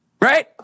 Right